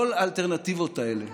כל האלטרנטיבות האלה,